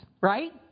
right